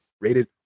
rated